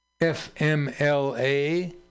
FMLA